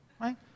right